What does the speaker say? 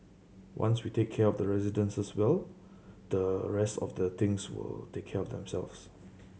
once we take care of the residents well the rest of the things will take care of themselves